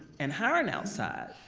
and hiring outside,